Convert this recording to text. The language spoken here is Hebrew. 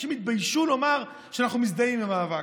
אנשים התביישו לומר: אנחנו מזדהים עם המאבק.